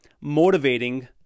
motivating